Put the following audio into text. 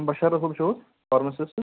بشارت صٲب چھُو حٲز فارمِسسٹہٕ حٲز